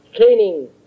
training